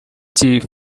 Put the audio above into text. chief